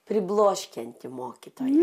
pribloškianti mokytoja